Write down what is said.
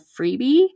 freebie